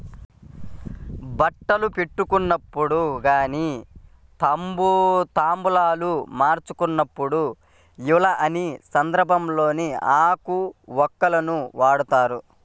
బట్టలు పెట్టుకునేటప్పుడు గానీ తాంబూలాలు మార్చుకునేప్పుడు యిలా అన్ని సందర్భాల్లోనూ ఆకు వక్కలను వాడతారు